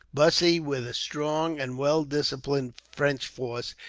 bussy, with a strong and well-disciplined french force,